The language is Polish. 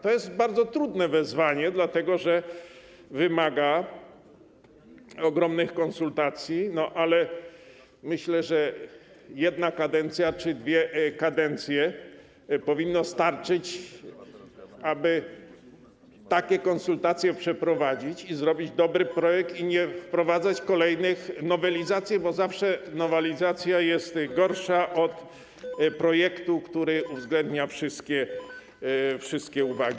To jest bardzo trudne wyzwanie, dlatego że wymaga ogromnych konsultacji, ale myślę, że jedna kadencja czy dwie kadencje powinny starczyć, aby takie konsultacje przeprowadzić i stworzyć dobry projekt, i nie wprowadzać kolejnych nowelizacji, bo zawsze nowelizacja jest gorsza od projektu, który uwzględnia wszystkie uwagi.